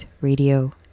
Radio